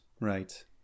right